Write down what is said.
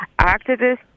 activists